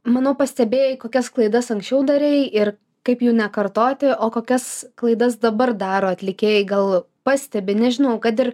manau pastebėjai kokias klaidas anksčiau darei ir kaip jų nekartoti o kokias klaidas dabar daro atlikėjai gal pastebi nežinojau kad ir